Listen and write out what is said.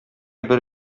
бер